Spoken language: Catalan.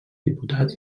diputats